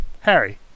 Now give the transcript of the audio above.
Harry